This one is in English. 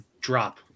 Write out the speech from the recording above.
drop